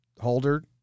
Holder